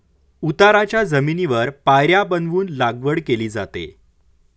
उताराच्या जमिनीवर पायऱ्या बनवून लागवड केली जाते